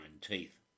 teeth